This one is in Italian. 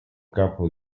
capo